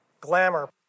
Glamour